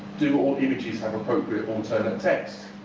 do all images have appropriate alternate text?